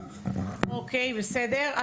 אוקיי, בסדר.